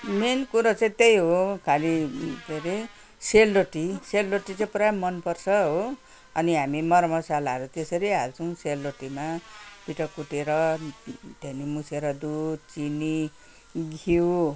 main कुरो चाहिँ त्यही हो खाली के अरे सेलरोटी सेलरोटी चाहिँ पुरा मन पर्छ हो अनि हामी मरमसालाहरू त्यसरी हाल्छौँ सेलरोटीमा पिठो कुटेर धेनी मुसेर दुध चिनी घिउ